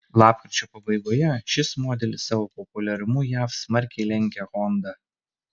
lapkričio pabaigoje šis modelis savo populiarumu jav smarkiai lenkė honda